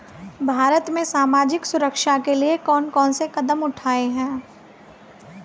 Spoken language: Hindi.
भारत में सामाजिक सुरक्षा के लिए कौन कौन से कदम उठाये हैं?